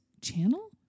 Channel